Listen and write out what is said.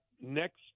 next